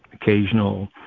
occasional